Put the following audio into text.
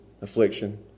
affliction